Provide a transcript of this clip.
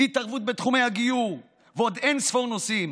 התערבות בתחומי הגיור, ועוד אין ספור נושאים.